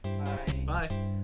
Bye